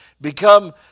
become